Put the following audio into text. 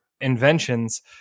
inventions